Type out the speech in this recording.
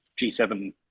G7